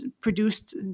produced